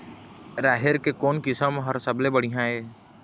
राहेर के कोन किस्म हर सबले बढ़िया ये?